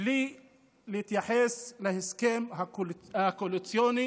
בלי להתייחס להסכם הקואליציוני